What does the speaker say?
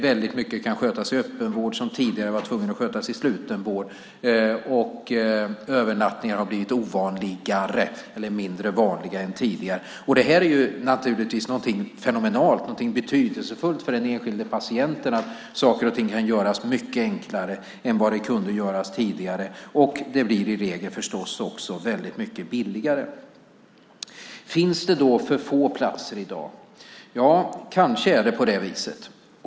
Väldigt mycket av det som tidigare var tvunget att skötas i slutenvård kan i dag skötas i öppenvård, och övernattningar har blivit ovanligare, eller mindre vanliga, än tidigare. Att saker och ting kan göras mycket enklare än tidigare är naturligtvis helt fenomenalt - och betydelsefullt för den enskilde patienten. I regel blir det förstås också väldigt mycket billigare. Finns det då för få platser i dag? Ja, kanske är det på det viset.